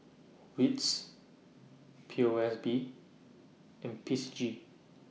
WITS P O S B and P C G